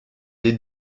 les